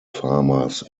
farmers